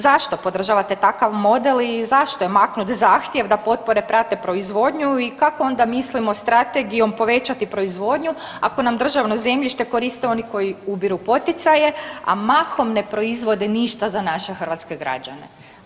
Zašto podržavate takav model i zašto je maknut zahtjev da potpore prate proizvodnju i kako onda mislimo strategijom povećati proizvodnju ako nam državno zemljište koriste oni koji ubiru poticaje, a mahom ne proizvode ništa za naše hrvatske građane.